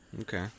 Okay